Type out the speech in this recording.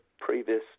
previous